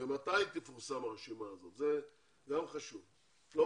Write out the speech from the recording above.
גם מתי תפורסם הרשימה הזאת, שגם את זה חשוב לדעת.